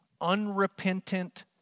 unrepentant